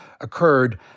occurred